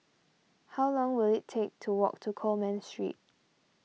how long will it take to walk to Coleman Street